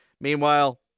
Meanwhile